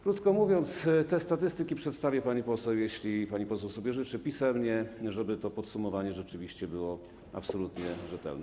Krótko mówiąc, te statystyki przedstawię pani poseł, jeśli pani poseł sobie życzy, pisemnie, żeby to podsumowanie rzeczywiście było absolutnie rzetelne.